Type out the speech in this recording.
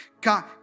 God